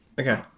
Okay